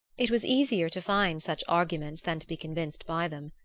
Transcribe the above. it was easier to find such arguments than to be convinced by them.